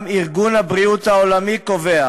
גם ארגון הבריאות העולמי קובע